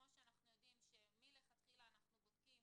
כמוש אנחנו יודעים שמלכתחילה אנחנו בודקים